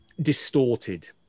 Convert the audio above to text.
distorted